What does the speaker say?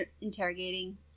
interrogating